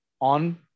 on